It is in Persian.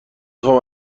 خوام